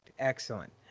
Excellent